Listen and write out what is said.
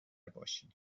باشیم